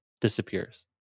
disappears